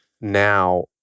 now